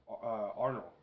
Arnold